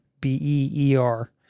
Beer